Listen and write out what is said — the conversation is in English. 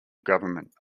government